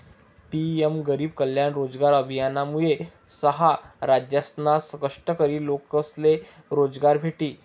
PM गरीब कल्याण रोजगार अभियानमुये सहा राज्यसना कष्टकरी लोकेसले रोजगार भेटी